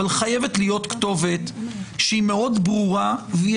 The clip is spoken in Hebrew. אבל חייבת להיות כתובת שהיא מאוד ברורה והיא